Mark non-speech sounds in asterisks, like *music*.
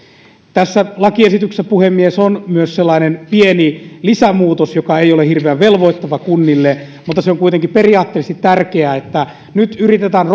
tässä lakiesityksessä on myös sellainen pieni lisämuutos joka ei ole hirveän velvoittava kunnille mutta on kuitenkin periaatteellisesti tärkeä että nyt yritetään *unintelligible*